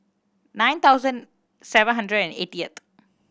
nine thousand seven hundred and eightieth